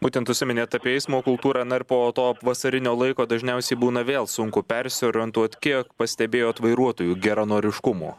būtent užsiminėt apie eismo kultūrą na ir po to vasarinio laiko dažniausiai būna vėl sunku persiorientuot kiek pastebėjot vairuotojų geranoriškumų